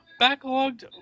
Backlogged